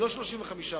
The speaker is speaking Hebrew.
לא עם 35 מנדטים.